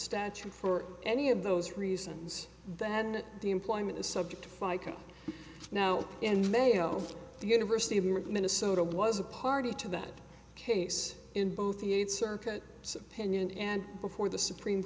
statute for any of those reasons then the employment is subject to fica now in mayo the university of minnesota was a party to that case in both the eighth circuit pena and before the supreme